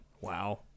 Wow